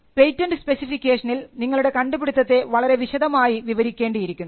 patent സ്പെസിഫിക്കേഷൻനിൽ നിങ്ങളുടെ കണ്ടുപിടുത്തത്തെ വളരെ വിശദമായി വിവരിക്കേണ്ടിയിരിക്കുന്നു